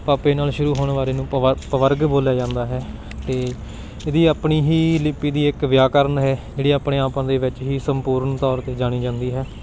ਪ ਨਾਲ ਸ਼ੁਰੂ ਹੋਣ ਵਾਲੇ ਨੂੰ ਪਵ ਪਵਰਗ ਬੋਲਿਆ ਜਾਂਦਾ ਹੈ ਅਤੇ ਇਹਦੀ ਆਪਣੀ ਹੀ ਲਿਪੀ ਦੀ ਇੱਕ ਵਿਆਕਰਨ ਹੈ ਜਿਹੜੀ ਆਪਣੇ ਆਪ ਦੇ ਵਿੱਚ ਹੀ ਸੰਪੂਰਨ ਤੌਰ 'ਤੇੇ ਜਾਣੀ ਜਾਂਦੀ ਹੈ